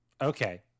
Okay